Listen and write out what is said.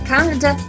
Canada